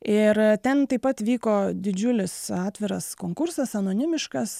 ir ten taip pat vyko didžiulis atviras konkursas anonimiškas